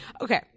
Okay